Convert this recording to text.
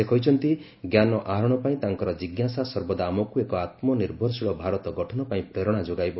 ସେ କହିଛନ୍ତି ଜ୍ଞାନ ଆହରଣ ପାଇଁ ତାଙ୍କର ଯୀଜ୍ଞାସା ସର୍ବଦା ଆମକୁ ଏକ ଆତ୍ମନିର୍ଭରଶୀଳ ଭାରତ ଗଠନ ପାଇଁ ପ୍ରେରଣା ଯୋଗାଇବ